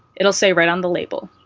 it'll say right on the label.